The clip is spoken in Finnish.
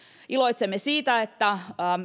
iloitsemme siitä että